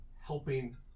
helping